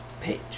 page